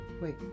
Wait